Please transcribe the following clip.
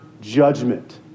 judgment